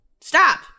Stop